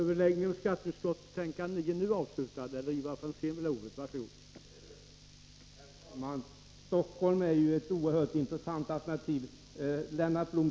Herr talman! Stockholm är ju ett oerhört intressant alternativ.